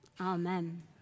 Amen